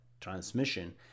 transmission